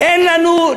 אין לנו,